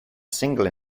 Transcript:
single